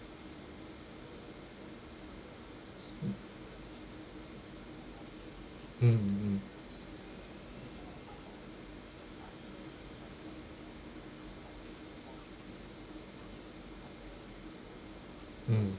mm mm mm mm